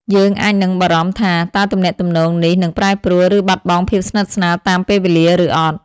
មួយវិញទៀត ការនៅឆ្ងាយពីមនុស្សជាទីស្រឡាញ់ អាចបង្កឱ្យមានអារម្មណ៍ភ័យខ្លាច និងភាពមិនប្រាកដប្រជាអំពីអនាគតនៃទំនាក់ទំនង។